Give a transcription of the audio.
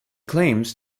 claims